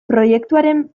proiektuaren